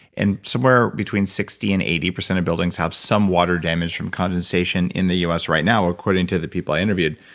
and somewhere between sixty percent and eighty percent of buildings have some water damage from condensation in the u s. right now according to the people i interviewed.